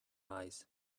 eyes